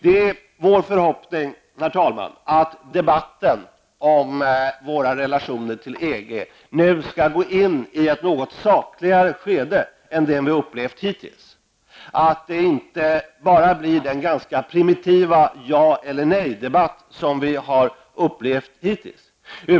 Det är vår förhoppning att debatten om våra relationer till EG nu skall gå in i ett något sakligare skede. Det får inte bara bli en primitiv jaeller nej-debatt, som hittills varit fallet.